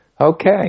Okay